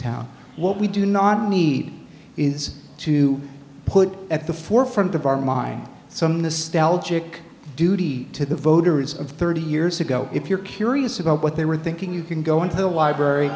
town what we do not need is to put at the forefront of our mind some the stealth chick duty to the voters of thirty years ago if you're curious about what they were thinking you can go into the